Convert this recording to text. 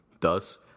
thus